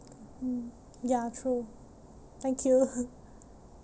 mm ya true thank you